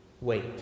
wait